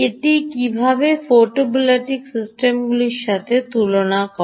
এটি কীভাবে ফটোভোলটাইক সিস্টেমগুলির সাথে তুলনা করে